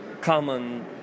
common